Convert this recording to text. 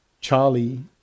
Charlie